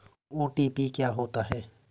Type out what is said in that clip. OTP क्या होता है?